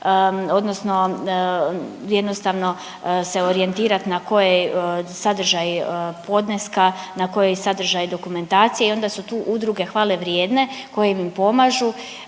odnosno jednostavno se orijentirat na koje sadržaj podneska, na koji sadržaj dokumentacije i onda su tu udruge hvale vrijedne koje im pomažu